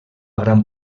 gran